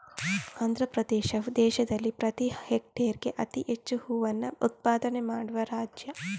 ಆಂಧ್ರಪ್ರದೇಶವು ದೇಶದಲ್ಲಿ ಪ್ರತಿ ಹೆಕ್ಟೇರ್ಗೆ ಅತಿ ಹೆಚ್ಚು ಹೂವನ್ನ ಉತ್ಪಾದನೆ ಮಾಡುವ ರಾಜ್ಯ